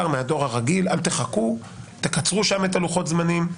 הרגיל, אל תחכו, תקצרו שם את לוחות הזמנים,